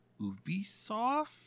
Ubisoft